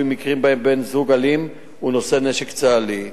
מקרים שבהם בן-זוג אלים הוא נושא נשק צה"לי.